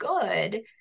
good